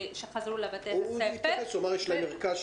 למה אין אמון?